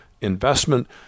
investment